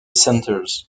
centres